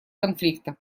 конфликта